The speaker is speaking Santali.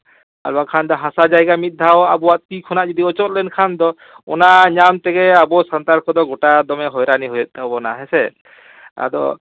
ᱟᱫᱚ ᱠᱷᱟᱱ ᱫᱚ ᱦᱟᱥᱟ ᱡᱟᱭᱜᱟ ᱢᱤᱫ ᱫᱷᱟᱣ ᱟᱵᱚᱣᱟᱜ ᱛᱤ ᱠᱷᱚᱱᱟᱜ ᱡᱩᱫᱤ ᱚᱪᱚᱜ ᱞᱮᱱᱠᱷᱟᱱ ᱫᱚ ᱚᱱᱟ ᱧᱟᱢ ᱛᱮᱜᱮ ᱟᱵᱚ ᱥᱟᱱᱛᱟᱲ ᱠᱚᱫᱚ ᱜᱚᱴᱟ ᱫᱚᱢᱮ ᱦᱚᱭᱨᱟᱱᱤ ᱦᱩᱭᱩᱜ ᱛᱟᱵᱚᱱᱟ ᱦᱮᱸᱥᱮ ᱟᱫᱚ